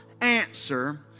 answer